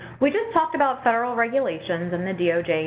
we just talked about federal regulations and the doj